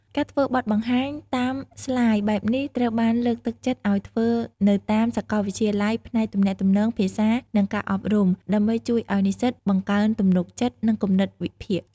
ការធ្វើបទបង្ហាញតាមស្ទាយបែបនេះត្រូវបានលើកទឹកចិត្តឱ្យធ្វើនៅតាមសកលវិទ្យាល័យផ្នែកទំនាក់ទំនង ភាសា និងការអប់រំ ដើម្បីជួយឱ្យនិស្សិតបង្កើនទំនុកចិត្ត និងគំនិតវិភាគ។